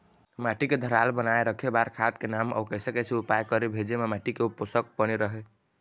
माटी के धारल बनाए रखे बार खाद के नाम अउ कैसे कैसे उपाय करें भेजे मा माटी के पोषक बने रहे?